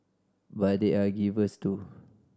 but they are givers too